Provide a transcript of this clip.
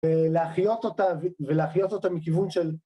ולהחיות אותה, ולהחיות אותה מכיוון של...